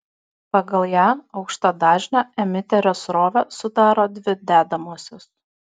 pagal ją aukštadažnę emiterio srovę sudaro dvi dedamosios